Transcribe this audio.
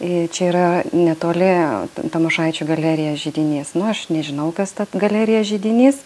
į čia yra netoli tamošaičio galerija židinys nu aš nežinau kas ta galerija židinys